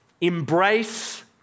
embrace